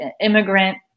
immigrant